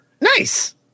Nice